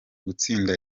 gutsinda